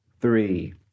three